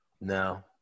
No